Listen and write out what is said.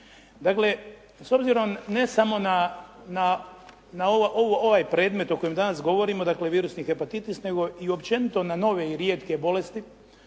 Dakle, s obzirom ne samo na ovaj predmet o kojem danas govorimo dakle virusni hepatitis nego općenito na nove i rijetke bolesti,